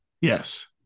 Yes